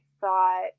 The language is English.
thought